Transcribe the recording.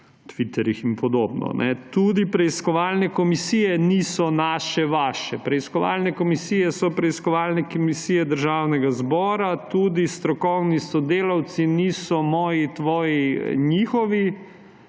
twitterjih in podobno. Tudi preiskovalne komisije niso naše, vaše. Preiskovalne komisije so preiskovalne komisije Državnega zbora. Tudi strokovni sodelavci niso moji, tvoji, njihovi.